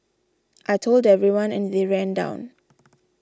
I told everyone and they ran down